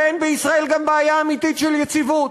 ואין בישראל גם בעיה אמיתית של יציבות.